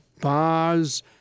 bars